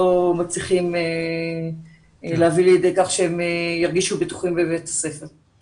מצליחים להביא לידי כך שהם ירגישו בטוחים בבית הספר.